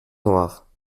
noire